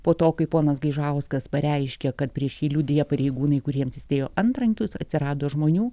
po to kai ponas gaižauskas pareiškė kad prieš jį liudiję pareigūnai kuriems jis dėjo antrankius atsirado žmonių